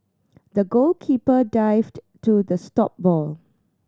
the goalkeeper dived to the stop ball